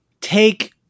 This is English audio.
take